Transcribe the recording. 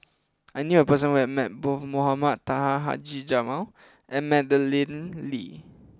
I knew a person who has met both Mohamed Taha Haji Jamil and Madeleine Lee